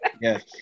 Yes